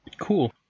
Cool